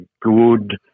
good